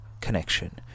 connection